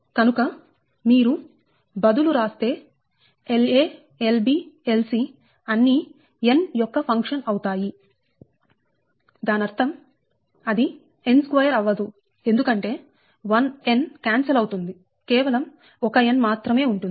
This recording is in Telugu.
కనుక మీరు బదులు రాస్తే La Lb Lc అన్నీ n యొక్క ఫంక్షన్ అవుతాయి దానర్థం అది n2 అవ్వదు ఎందుకంటే 1n క్యాన్సల్ అవుతుంది కేవలం ఒక n మాత్రమే ఉంటుంది